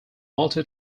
multi